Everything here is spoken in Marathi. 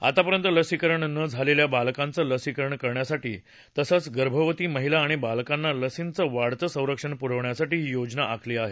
आतापर्यंत लसीकरण न झालेल्या बालकांचं लसीकरण करण्यासाठी तसंच गर्भवती महिला आणि बालकांना लसींचं वाढतं संरक्षण पुरवण्यासाठी ही योजना आखली आहे